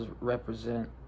represent